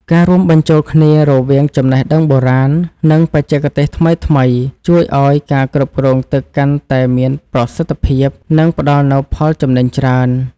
ការរួមបញ្ចូលគ្នារវាងចំណេះដឹងបុរាណ និងបច្ចេកទេសថ្មីៗជួយឱ្យការគ្រប់គ្រងទឹកកាន់តែមានប្រសិទ្ធភាព និងផ្តល់នូវផលចំណេញច្រើន។